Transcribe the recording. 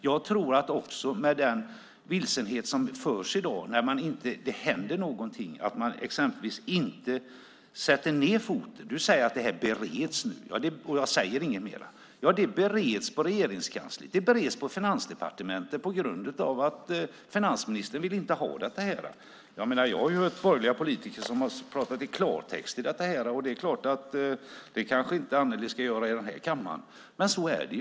Jag tror att det finns en vilsenhet i dag eftersom det inte händer någonting. Man sätter exempelvis inte ned foten. Annelie Enochson säger: Det här bereds nu, och jag säger inget mer. Ja, det bereds i Regeringskansliet och Finansdepartementet på grund av att finansministern inte vill ha det. Jag har hört borgerliga politiker tala klartext om detta. Det kanske inte Annelie ska göra i den här kammaren, men så är det.